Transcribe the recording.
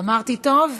אמרתי טוב?